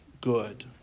good